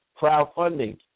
crowdfunding